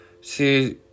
see